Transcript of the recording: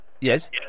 Yes